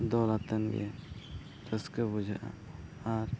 ᱫᱚᱞ ᱟᱛᱮᱫ ᱜᱮ ᱨᱟᱹᱥᱠᱟᱹ ᱵᱩᱡᱷᱟᱹᱜᱼᱟ ᱟᱨ